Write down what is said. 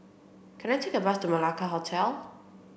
can I take a bus to Malacca Hotel